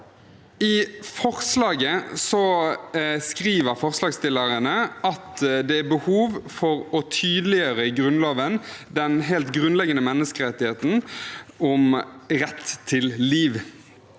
I forslaget skriver forslagsstillerne at det er behov for å tydeliggjøre i Grunnloven den helt grunnleggende menneskerettigheten om rett til liv.